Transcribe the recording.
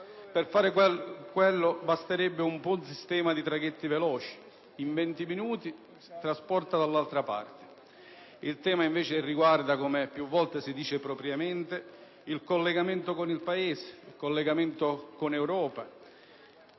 Per far quello basterebbe un buon sistema di traghetti veloci che in venti minuti trasporti dall'altra parte. Il tema invece riguarda, come più volte si dice propriamente, il collegamento con il Paese, con l'Europa,